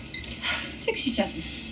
$67